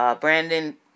Brandon